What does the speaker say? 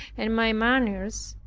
and my manners,